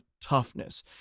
toughness